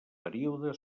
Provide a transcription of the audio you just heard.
període